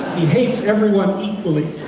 he hates everyone equally.